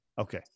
Okay